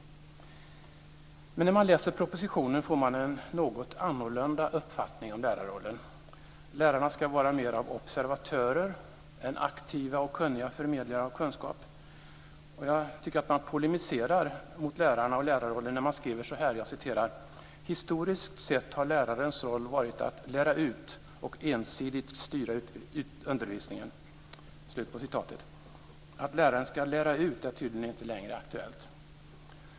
Men när man läser propositionen får man en något annorlunda uppfattning om lärarrollen. Lärarna ska vara mera av observatörer än aktiva och kunniga förmedlare av kunskap. Jag tycker att man polemiserar mot lärarna och lärarrollen när man skriver så här: "Historiskt sett har lärarens roll varit att lära ut och ensidigt styra undervisningen." Att läraren ska "lära ut" är tydligen inte längre aktuellt.